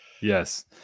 Yes